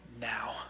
now